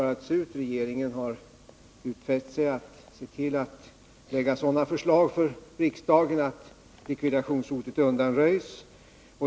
Regeringen har nu utfäst sig att framlägga sådana förslag för riksdagen att likvidationshotet undanröjs.